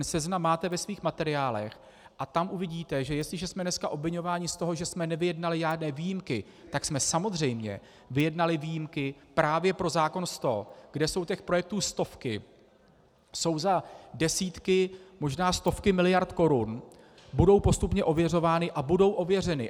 Seznam máte ve svých materiálech a tam uvidíte, jestliže jsme dneska obviňováni z toho, že jsme nevyjednali žádné výjimky, tak jsme samozřejmě vyjednali výjimky právě pro zákon č. 100, kde jsou těch projektů stovky, jsou za desítky, možná stovky miliard korun, budou postupně ověřovány a budou ověřeny.